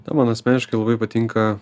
na man asmeniškai labai patinka